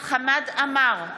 חמד עמאר,